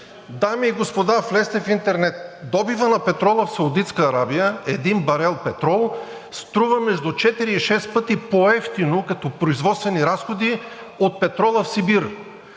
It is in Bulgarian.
Дами и господа, влезте в интернет. Добивът на петрола в Саудитска Арабия – 1 барел петрол струва между 4 и 6 пъти по-евтино като производствени разходи от петрола в Сибир,